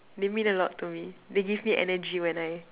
they mean a lot to me they give me energy when I